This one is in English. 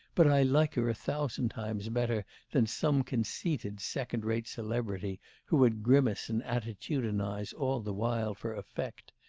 but i like her a thousand times better than some conceited second-rate celebrity who would grimace and attitudinise all the while for effect.